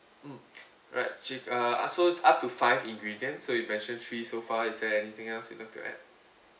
mm right th~ uh so it's up to five ingredients so you mentioned three so far is there anything else you'd love to add